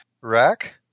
Rack